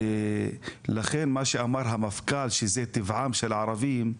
לכן מה שאמר המפכ"ל שזה טבעם של הערבים,